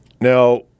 Now